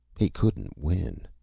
he couldn't win.